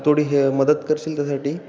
थोडी हे मदत करशील त्यासाठी